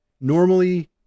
Normally